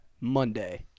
Monday